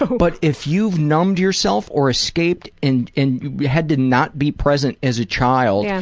um but if you've numbed yourself or escaped and and had to not be present as a child, yeah